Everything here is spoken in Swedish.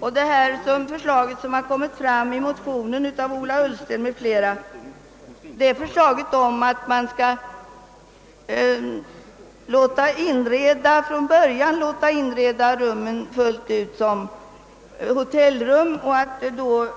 Och förslaget i motionen av herr Ullsten m.fl., att man från början skulle låta inreda rummen som hotellrum och att de